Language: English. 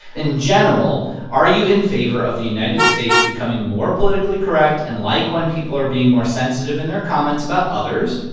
in general, are you in favor of the united states becoming more politically correct and like when people are being more sensitive in their comments about others,